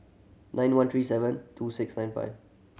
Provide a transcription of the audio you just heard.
nine one three seven two six nine five